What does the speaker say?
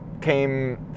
came